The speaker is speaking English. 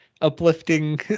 uplifting